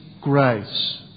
grace